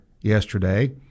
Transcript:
yesterday